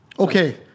Okay